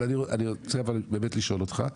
אבל אני רוצה באמת לשאול אותך,